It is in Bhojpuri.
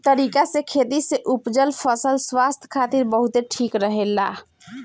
इ तरीका से खेती से उपजल फसल स्वास्थ्य खातिर बहुते ठीक रहेला